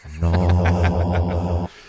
No